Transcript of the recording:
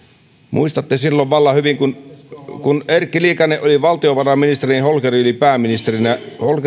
muistatte vallan hyvin että silloin kun erkki liikanen oli valtiovarainministerinä ja holkeri oli pääministerinä